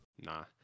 Nah